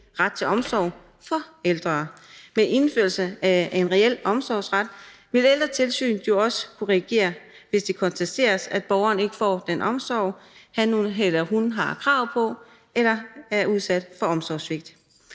ret til omsorg for ældre. Med indførelse af en reel omsorgsret vil ældretilsynet jo også kunne reagere, hvis det konstateres, at borgeren ikke får den omsorg, han eller hun har krav på, eller er udsat for omsorgssvigt.